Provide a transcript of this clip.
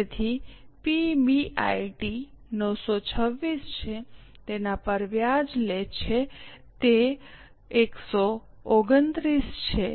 તેથી પીબીઆઇટી 926 છે તેના પર વ્યાજ લે છે જે 129 છે